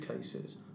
cases